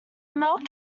milk